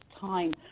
time